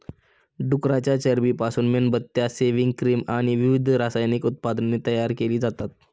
डुकराच्या चरबीपासून मेणबत्त्या, सेव्हिंग क्रीम आणि विविध रासायनिक उत्पादने तयार केली जातात